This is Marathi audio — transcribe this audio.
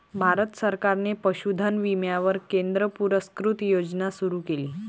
भारत सरकारने पशुधन विम्यावर केंद्र पुरस्कृत योजना सुरू केली